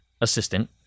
assistant